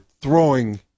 throwing